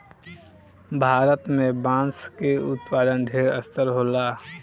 भारत में बांस के उत्पादन ढेर स्तर होला